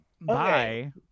bye